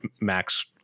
Max